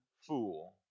fool